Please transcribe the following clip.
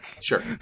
Sure